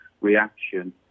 reaction